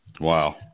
Wow